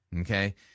okay